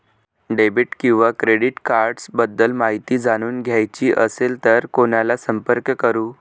Debit किंवा credit cards बद्दल माहिती जाणून घ्यायची असेल तर कोणाला संपर्क करु?